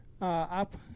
up